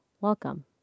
welcome